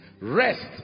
Rest